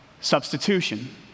substitution